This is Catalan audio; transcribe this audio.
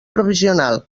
provisional